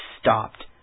stopped